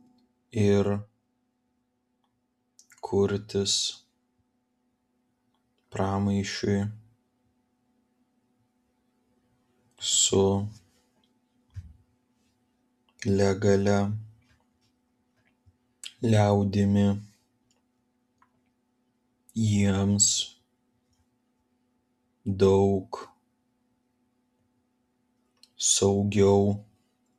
ir kurtis pramaišiui su legalia liaudimi jiems daug saugiau